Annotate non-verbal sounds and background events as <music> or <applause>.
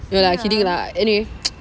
no lah kidding lah anyway <noise>